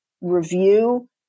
review